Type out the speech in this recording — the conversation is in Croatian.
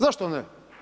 Zašto ne.